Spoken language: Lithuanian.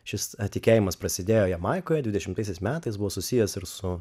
šis tikėjimas prasidėjo jamaikoje dvidešimtaisiais metais buvo susijęs ir su